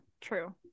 true